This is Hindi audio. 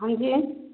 हाँ जी